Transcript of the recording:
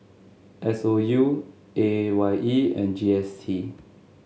S O U A Y E and G S T